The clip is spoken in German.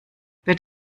wird